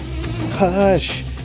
Hush